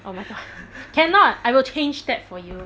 oh my god cannot I will change that for you